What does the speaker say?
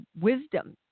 wisdom